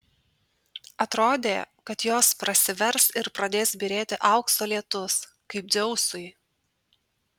atrodė kad jos prasivers ir pradės byrėti aukso lietus kaip dzeusui